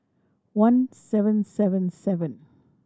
one seven seven seven